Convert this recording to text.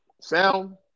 sound